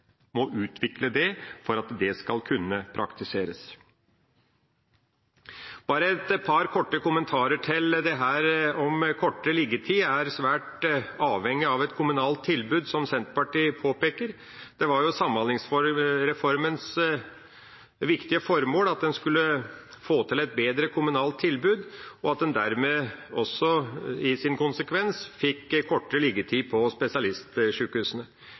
må utvikle det for at det skal kunne praktiseres. Så har jeg et par korte kommentarer til spørsmålet om kortere liggetid. Det er svært avhengig av et kommunalt tilbud, som Senterpartiet påpeker. Det var jo Samhandlingsreformens viktige formål at en skulle få til et bedre kommunalt tilbud og at en dermed også som konsekvens fikk kortere liggetid på spesialistsjukehusene.